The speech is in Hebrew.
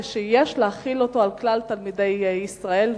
ויש להחיל אותו על כלל תלמידי ישראל.